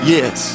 Yes